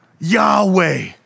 Yahweh